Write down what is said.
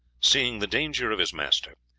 seeing the danger of his master,